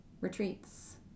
retreats